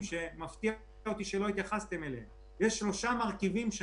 שקל שנמצאים בצד ואמורים לתת אותם כתיקון במסגרת